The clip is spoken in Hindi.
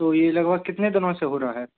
तो ये लगभग कितने दिनों से हो रहा है